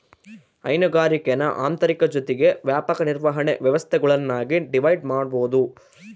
ಹೈನುಗಾರಿಕೇನ ಆಂತರಿಕ ಜೊತಿಗೆ ವ್ಯಾಪಕ ನಿರ್ವಹಣೆ ವ್ಯವಸ್ಥೆಗುಳ್ನಾಗಿ ಡಿವೈಡ್ ಮಾಡ್ಬೋದು